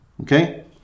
Okay